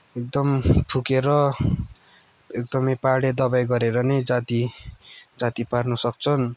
एकदम फुँकेर एकदमै पाहाडे दवाई गरेर नै जाती जाती पार्नु सक्छन्